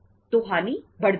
तो हानि बढ़ जाएगी